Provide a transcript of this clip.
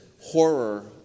Horror